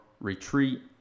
retreat